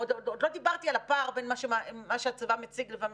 ועוד לא דיברתי על הפער בין מה שהצבא מציג לבין